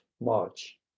March